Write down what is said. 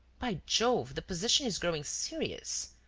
by jove, the position is growing serious.